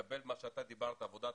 מקבל - מה שאתה אמרת עבודה,